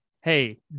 Hey